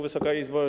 Wysoka Izbo!